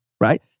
right